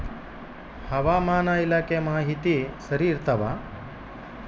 ಹವಾಮಾನ ಇಲಾಖೆ ಮಾಹಿತಿ ಸರಿ ಇರ್ತವ?